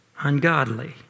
ungodly